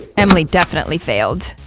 emily definitely failed.